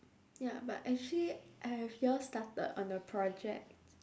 ya but actually have you all started on the project